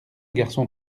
garçon